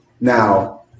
Now